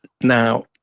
Now